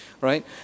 Right